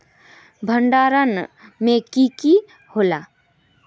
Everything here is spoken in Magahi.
भण्डारण में की की होला?